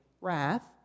wrath